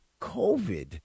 covid